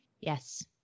Yes